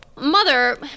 Mother